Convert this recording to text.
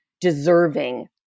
deserving